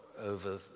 over